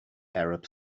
arab